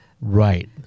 Right